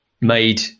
made